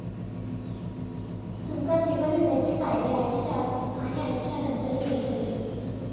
तुमका जीवन विम्याचे फायदे आयुष्यात आणि आयुष्यानंतरही मिळतले